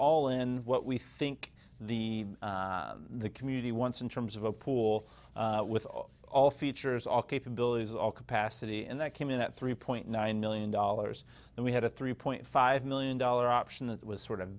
all in what we think the the community wants in terms of a poor with all features all capabilities all capacity and that came in at three point nine million dollars and we had a three point five million dollar option that was sort of